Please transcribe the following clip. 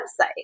website